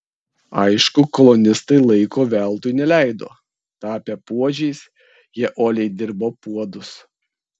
aišku kolonistai laiko veltui neleido tapę puodžiais jie uoliai dirbo puodus